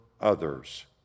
others